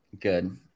Good